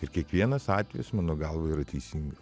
ir kiekvienas atvejis mano galva yra teisingas